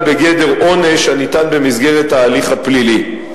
בגדר עונש הניתן במסגרת ההליך הפלילי.